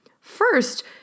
First